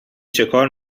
چیکار